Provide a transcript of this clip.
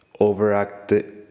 overactive